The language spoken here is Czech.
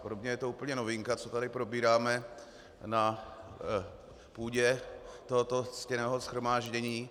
Pro mě je to úplně novinka, co tady probíráme na půdě tohoto ctěného shromáždění.